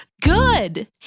Good